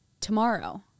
tomorrow